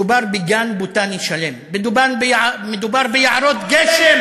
מדובר בגן בוטני שלם, מדובר ביערות גשם,